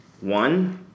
one